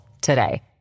today